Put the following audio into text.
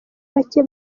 bake